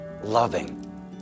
Loving